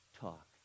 talk